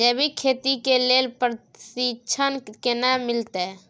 जैविक खेती के लेल प्रशिक्षण केना मिलत?